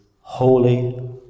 Holy